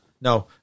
No